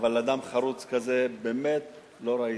אבל אדם חרוץ כזה באמת לא ראיתי.